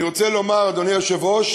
אני רוצה לומר, אדוני היושב-ראש,